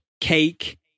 cake